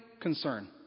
concern